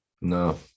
No